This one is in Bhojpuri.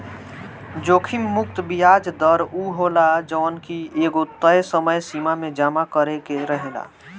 जोखिम मुक्त बियाज दर उ होला जवन की एगो तय समय सीमा में जमा करे के रहेला